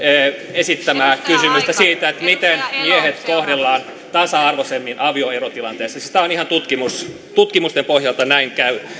esittämää kysymystä siitä miten miehiä kohdellaan tasa arvoisemmin avioerotilanteessa siis tämä on ihan tutkimus tutkimusten pohjalta näin käy